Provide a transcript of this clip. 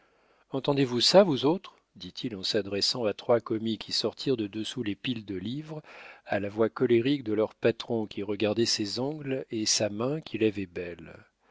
entendez-vous ça vous autres dit-il en s'adressant à trois commis qui sortirent de dessous les piles de livres à la voix colérique de leur patron qui regardait ses ongles et sa main qu'il avait belle